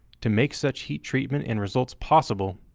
to make such heat treatment and results possible,